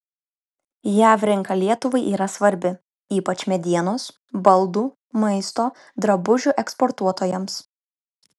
jav rinka lietuvai yra svarbi ypač medienos baldų maisto drabužių eksportuotojams